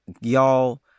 y'all